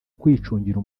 kwicungira